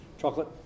chocolate